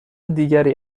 دیگری